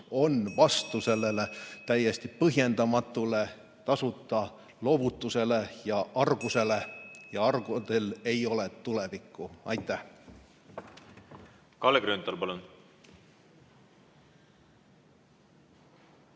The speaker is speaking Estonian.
on vastu sellele täiesti põhjendamatule tasuta loovutusele ja argusele. Argadel ei ole tulevikku. Aitäh! Kalle Grünthal, palun!